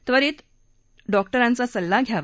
त्वरित डॉक्टरांचा सल्ला घ्यावा